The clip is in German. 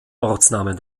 ortsnamen